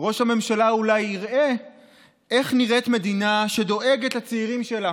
ראש הממשלה אולי יראה איך נראית מדינה שדואגת לצעירים שלה,